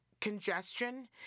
congestion